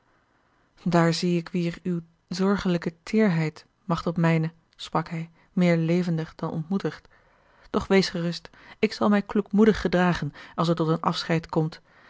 daar zie ik weêr uwe zorgelijke teêrheid machteld mijne sprak hij meer levendig dan ontmoedigd doch wees gerust ik zal mij kloekmoedig gedragen als het tot een afscheid komt